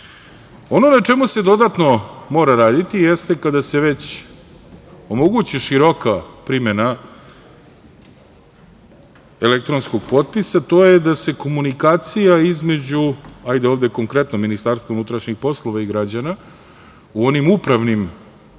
na čemu se dodatno mora raditi jeste kada se već omogući široka primena elektronskog potpisa to je da se komunikacija između Ministarstva unutrašnjih poslova i građana u onim upravnim